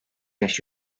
yaş